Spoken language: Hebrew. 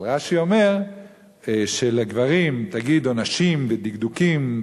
אבל רש"י אומר שלגברים תגיד "עונשים ודקדוקים,